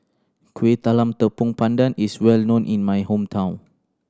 Kueh Talam Tepong Pandan is well known in my hometown